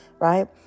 right